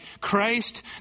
Christ